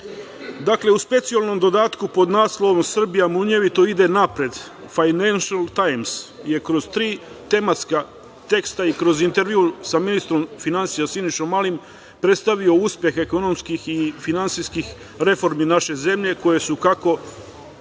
izbore. Dakle, u specijalnom dodatku pod naslovom – Srbija munjevito ide napred, „Fajnenšel tajms“ je kroz tri tematska teksta i kroz intervju sa ministrom finansija Sinišom Malim predstavio uspehe ekonomskih i finansijskih reformi naše zemlje koje su, kako